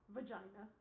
Vagina